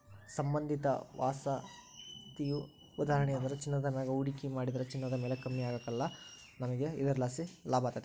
ಸಂಬಂಧಿತ ವಾಪಸಾತಿಯ ಉದಾಹರಣೆಯೆಂದ್ರ ಚಿನ್ನದ ಮ್ಯಾಗ ಹೂಡಿಕೆ ಮಾಡಿದ್ರ ಚಿನ್ನದ ಬೆಲೆ ಕಮ್ಮಿ ಆಗ್ಕಲ್ಲ, ನಮಿಗೆ ಇದರ್ಲಾಸಿ ಲಾಭತತೆ